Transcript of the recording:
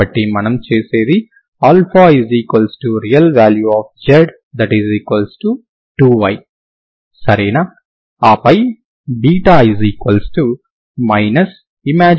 కాబట్టి మనం చేసేది αRe2y సరేనా ఆపై β Imx2